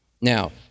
Now